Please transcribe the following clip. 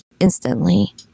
instantly